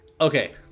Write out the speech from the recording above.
Okay